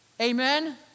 Amen